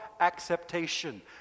acceptation